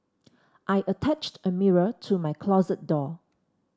I attached a mirror to my closet door